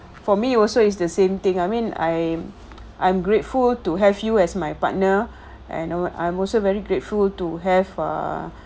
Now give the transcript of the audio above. for me also it's the same thing I mean I I'm grateful to have you as my partner and I am also very grateful to have a